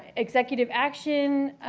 executive actions,